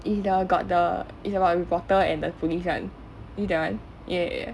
it's the got the it's about a reporter and the police [one] is it that one ya ya ya